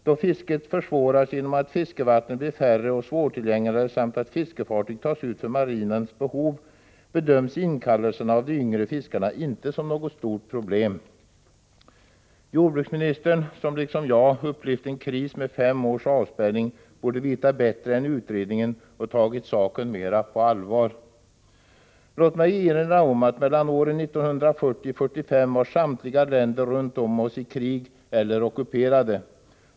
Då fisket försvåras genom att fiskevattnen blir färre och svårtillgängligare samt att fiskefartyg tas ut för marina behov, bedöms inkallelserna av de yngre fiskarna inte som något stort problem.” Jordbruksministern, som liksom jag har upplevt ett krig med fem års avspärrning, borde veta bättre än utredningen och tagit saken mera på allvar. Låt mig erinra om att åren 1940-1945 var samtliga länder runt oss i krig eller ockuperade.